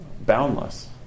boundless